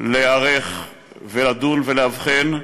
להיערך ולדון ולאבחן,